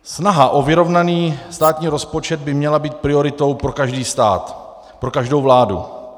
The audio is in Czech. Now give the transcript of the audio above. Snaha o vyrovnaný státní rozpočet by měla být prioritou pro každý stát, pro každou vládu.